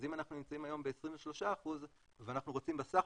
אז אם אנחנו נמצאים היום ב-23% ואנחנו רוצים בסך